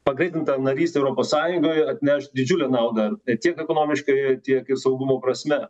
pagreitinta narystė europos sąjungoj atneš didžiulę naudą ne tiek ekonomiškai tiek ir saugumo prasme